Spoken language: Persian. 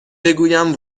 بگویم